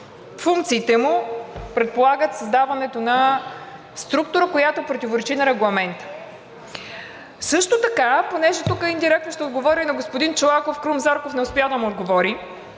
функциите му предполагат създаването на структура, която противоречи на Регламента. Също така, понеже тука индиректно ще отговоря и на господин Чолаков, Крум Зарков не успя да му отговори